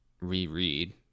reread